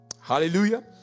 Hallelujah